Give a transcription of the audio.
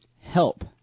Help